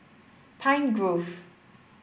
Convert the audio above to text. Pine Grove